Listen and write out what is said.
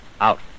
out